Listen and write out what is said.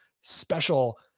special